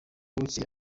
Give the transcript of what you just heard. bukeye